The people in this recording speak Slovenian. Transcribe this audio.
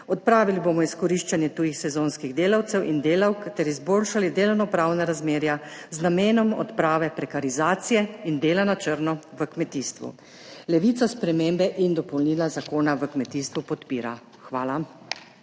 odpravili bomo izkoriščanje tujih sezonskih delavcev in delavk ter izboljšali delovno pravna razmerja z namenom odprave prekarizacije in dela na črno v kmetijstvu. Levica spremembe in dopolnila Zakona v kmetijstvu podpira. Hvala.